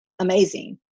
amazing